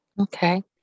Okay